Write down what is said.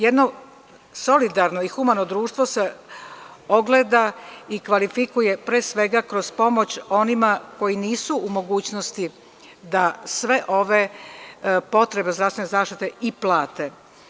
Jedno solidarno i humano društvo se ogleda i kvalifikuje presvega, kroz pomoć onima koji nisu u mogućnosti da sve ove potrebe zdravstvene zaštite i plate.